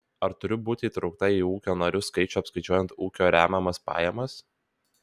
ar turiu būti įtraukta į ūkio narių skaičių apskaičiuojant ūkio remiamas pajamas